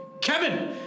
Kevin